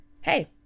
hey